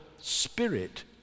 spirit